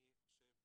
אני חושב